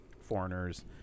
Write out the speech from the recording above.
foreigners –